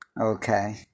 Okay